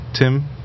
Tim